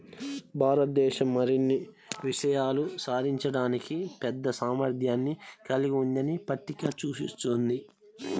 భారతదేశం మరిన్ని విజయాలు సాధించడానికి పెద్ద సామర్థ్యాన్ని కలిగి ఉందని పట్టిక సూచిస్తుంది